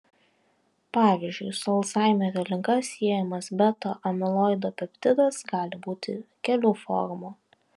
pavyzdžiui su alzhaimerio liga siejamas beta amiloido peptidas gali būti kelių formų